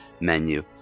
menu